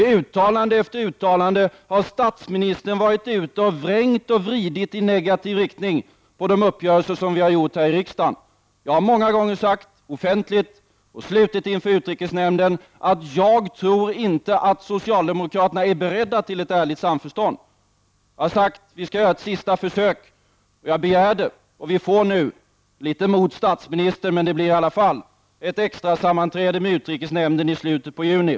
I uttalande efter uttalande har statsministern vrängt och vridit i negativ riktning de uppgörelser som vi har gjort här i riksdagen. Jag har många gånger sagt offentligt, och slutet inför utrikesnämnden, att jag inte tror att socialdemokraterna är beredda till ett ärligt samförstånd. Jag har sagt: Vi skall göra ett sista försök. Jag begärde och vi får nu, litet mot statsministerns vilja, men ändå, ett extrasammanträde med utrikesnämnden i slutet av juni.